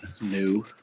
new